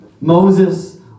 Moses